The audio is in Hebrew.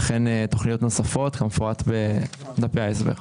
וכן תכניות נוספות כמפורט בדפי ההסבר.